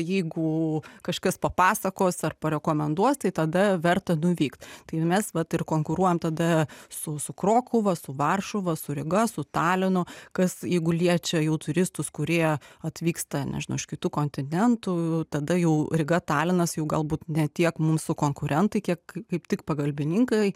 jeigu kažkas papasakos ar parekomenduos tai tada verta nuvykt tai mes vat ir konkuruojam tada su su krokuva su varšuva su ryga su talinu kas jeigu liečia jau turistus kurie atvyksta nežinau iš kitų kontinentų tada jau ryga talinas jau galbūt ne tiek mūsų konkurentai kiek kaip tik pagalbininkai